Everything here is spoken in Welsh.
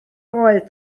oedd